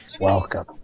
Welcome